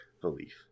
belief